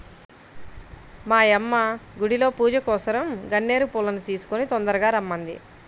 మా యమ్మ గుడిలో పూజకోసరం గన్నేరు పూలను కోసుకొని తొందరగా రమ్మంది